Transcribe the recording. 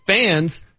fans